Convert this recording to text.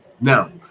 Now